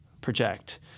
project